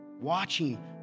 Watching